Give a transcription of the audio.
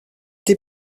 des